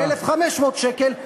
ב-1,500 שקל,